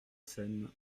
scène